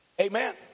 Amen